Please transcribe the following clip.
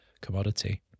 commodity